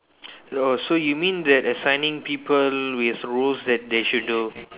oh so you mean that assigning people with roles that they should do